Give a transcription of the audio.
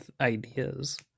ideas